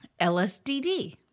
lsdd